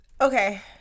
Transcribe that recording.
Okay